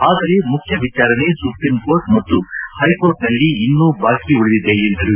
ಆದರೆ ಮುಖ್ಯ ವಿಚಾರಣೆ ಸುಪ್ರಿಂಕೋರ್ಟ್ ಮತ್ತು ಹೈಕೋರ್ಟ್ ನಲ್ಲಿ ಇನ್ನೂ ಬಾಕಿ ಉಳಿದಿದೆ ಎಂದರು